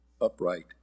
upright